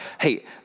hey